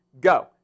go